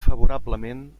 favorablement